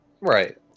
Right